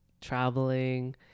traveling